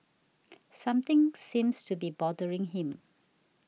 something seems to be bothering him